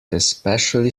especially